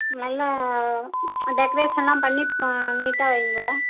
நல்லா டெக்ரேஷன்லாம் பண்ணி நீட்டாக வைங்க